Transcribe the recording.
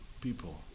people